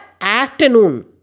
afternoon